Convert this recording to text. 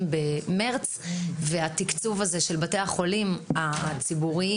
בחודש מרס והתקצוב הזה של בתי החולים הציבוריים,